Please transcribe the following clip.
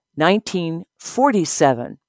1947